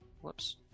Whoops